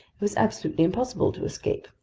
it was absolutely impossible to escape.